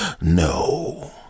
no